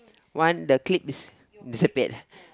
one the clip is disappeared